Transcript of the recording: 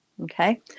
okay